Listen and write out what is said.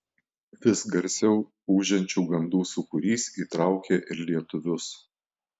vis garsiau ūžiančių gandų sūkurys įtraukė ir lietuvius